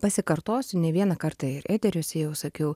pasikartosiu ne vieną kartą ir eteriuose jau sakiau